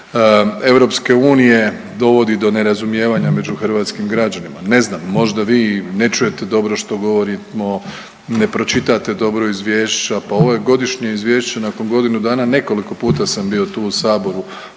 samu srž EU dovodi do nerazumijevanja među hrvatskim građanima. Ne znam možda vi ne čujete dobro što govorimo, ne pročitate dobro izvješća. Pa ovo je godišnje izvješće nakon godinu dana nekoliko puta sam bio tu u Saboru